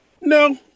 No